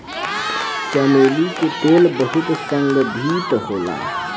चमेली के तेल बहुत सुगंधित होला